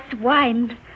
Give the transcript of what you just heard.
wine